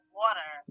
water